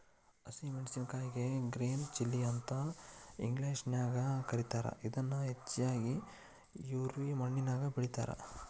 ಹಸಿ ಮೆನ್ಸಸಿನಕಾಯಿಗೆ green chilli ಅಂತ ಇಂಗ್ಲೇಷನ್ಯಾಗ ಕರೇತಾರ, ಇದನ್ನ ಹೆಚ್ಚಾಗಿ ರ್ಯಾವಿ ಮಣ್ಣಿನ್ಯಾಗ ಬೆಳೇತಾರ